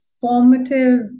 formative